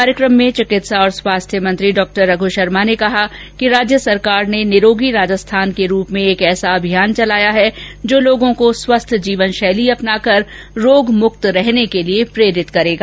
कार्यक्रम में चिकित्सा और स्वास्थ्य मंत्री डॉ रघू शर्मा ने कहा कि राज्य सरकार ने निरोगी राजस्थान के रूप में एक ऐसा अभियान चलाया है जो लोगों को स्वस्थ जीवन शैली अपनाकर रोगमुक्त रहने के लिए प्रेरित करेगा